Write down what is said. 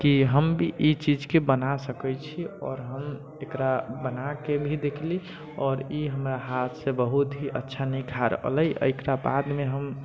कि हम भी ई चीजके बना सकै छी आओर हम एकरा बनाके भी देखली आओर ई हमरा हाथसँ बहुत ही अच्छा निखार ऐलै आओर एकरा बादमे हम